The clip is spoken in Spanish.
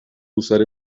usar